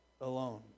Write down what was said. alone